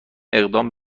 اقدام